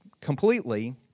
completely